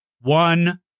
one